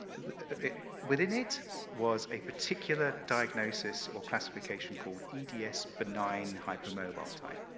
within it was a particular diagnosis, or classification, called eds benign hypermobile type.